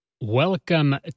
Welcome